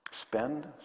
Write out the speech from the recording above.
spend